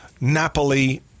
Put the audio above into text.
Napoli